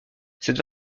cette